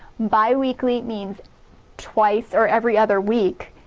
bi-weekly means twice or every other week,